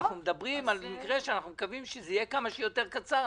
אנחנו מדברים על מקרה שאנחנו מקווים שיהיה כמה שיותר קצר,